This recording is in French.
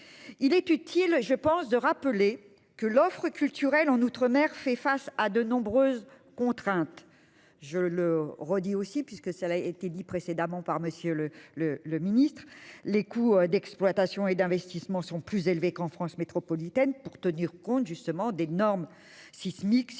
Il est utile, je pense, de rappeler que l'offre culturelle en outre-mer fait face à de nombreuses contraintes. Je le redis aussi puisque ça l'a été dit précédemment par monsieur le le le ministre les coûts d'exploitation et d'investissement sont plus élevés qu'en France métropolitaine pour tenir compte justement des normes sismiques cyclonique